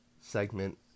segment